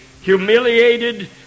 humiliated